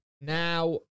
Now